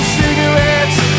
cigarettes